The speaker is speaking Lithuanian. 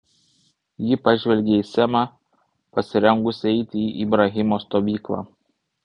ji pažvelgė į semą pasirengusį eiti į ibrahimo stovyklą